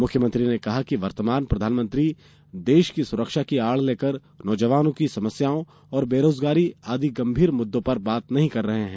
मुख्यमंत्री ने कहा कि वर्तमान प्रधानमंत्री देश की सुरक्षा की आड़ लेकर नौजवानों की समस्याओं और बेरोजगारी आदि गंभीर मुद्दों पर बात नहीं कर रहे हैं